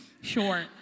sure